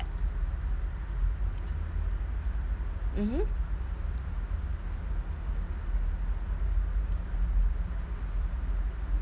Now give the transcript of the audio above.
mmhmm